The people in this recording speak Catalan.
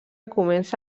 comença